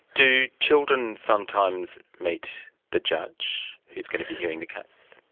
do children sometimes meet the judge who's going to be hearing the case?